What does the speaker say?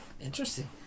Interesting